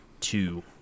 two